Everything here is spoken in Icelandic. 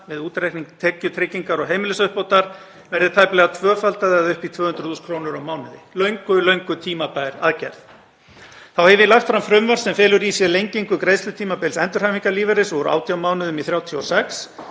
við útreikning tekjutryggingar og heimilisuppbótar verði tæplega tvöfaldað eða upp í 200.000 kr. á mánuði, löngu tímabær aðgerð. Þá hef ég lagt fram frumvarp sem felur í sér lengingu greiðslutímabils endurhæfingarlífeyris úr 18 mánuðum í 36